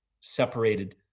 separated